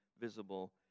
visible